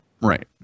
Right